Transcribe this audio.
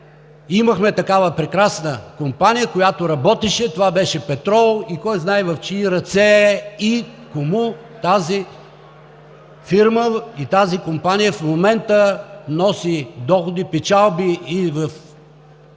имахме такава прекрасна компания, която работеше – това беше „Петрол“, която кой знае в чии ръце е и кому тази фирма, тази компания в момента носи доходи и печалби, и в